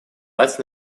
дать